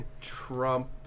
Trump